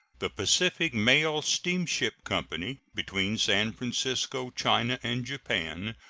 the pacific mail steamship company, between san francisco, china, and japan,